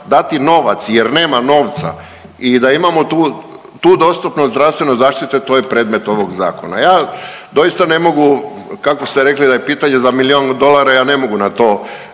dati novac, jer nema novca i da imamo tu dostupnost zdravstvene zaštite to je predmet ovog zakona. Ja doista ne mogu kako ste rekli da je pitanje za milijun dolara ja ne mogu na to